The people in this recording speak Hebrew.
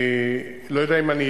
אני לא יודע אם אדייק,